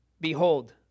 Behold